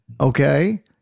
okay